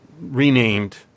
renamed